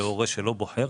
להורה שלא בוחר.